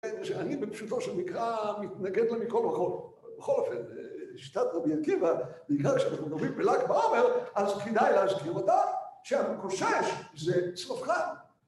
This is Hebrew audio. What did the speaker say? שאני בפשוטו של מקרא מתנגד לה מכל וכל, בכל אופן, שיטת רבי עקיבא בעיקר כשאנחנו מדברים בלג בעומר אז כדאי להזכיר אותה שהמקושש זה צלפחד